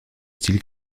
style